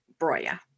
Broya